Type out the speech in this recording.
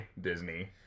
Disney